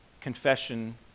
Confession